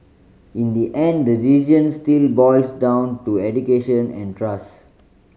in the end the decision still boils down to education and trust